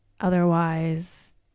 otherwise